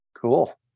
Cool